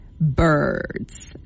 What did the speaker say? birds